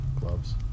gloves